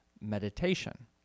meditation